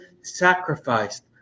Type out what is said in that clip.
sacrificed